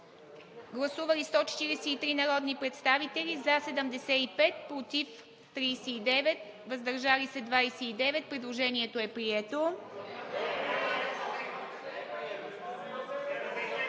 Гласували 189 народни представители: за 189, против и въздържали се няма. Предложението е прието.